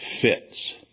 fits